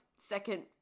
second